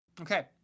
okay